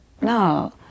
no